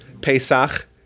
Pesach